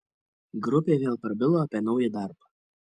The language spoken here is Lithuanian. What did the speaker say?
grupė vėl prabilo apie naują darbą